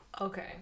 Okay